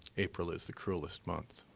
april is the cruelest month.